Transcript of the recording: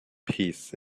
peace